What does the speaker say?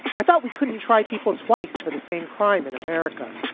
i thought we couldn't try people twice for the same crime in america.